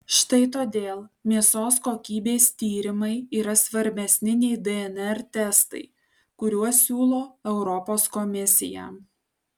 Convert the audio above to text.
štai todėl mėsos kokybės tyrimai yra svarbesni nei dnr testai kuriuos siūlo europos komisija